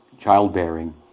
childbearing